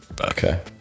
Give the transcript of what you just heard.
Okay